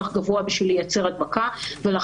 זאת זכותו וזה בסדר.